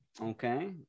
Okay